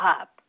up